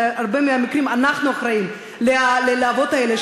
בהרבה מהמקרים אנחנו אחראים ללהבות האלה,